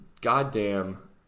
Goddamn